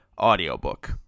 audiobook